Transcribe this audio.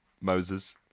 Moses